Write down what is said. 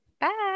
Bye